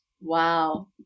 Wow